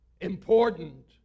important